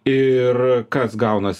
ir kas gaunas